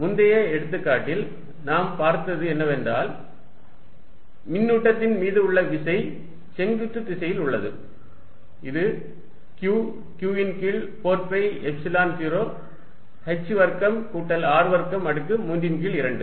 முந்தைய எடுத்துக்காட்டில் நாம் பார்த்தது என்னவென்றால் மின்னூட்டத்தின் மீது உள்ள விசை செங்குத்து திசையில் உள்ளது இது Q q ன் கீழ் 4 பை எப்சிலன் 0 h வர்க்கம் கூட்டல் R வர்க்கம் அடுக்கு 3 ன் கீழ் 2